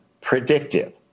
predictive